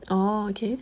orh okay